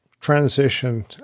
transition